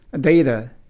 data